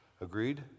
agreed